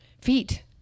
Feet